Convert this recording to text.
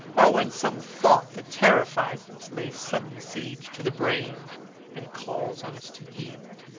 or when some thought that terrifies us lays sudden siege to the brain and calls on us to yield.